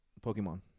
Pokemon